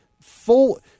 full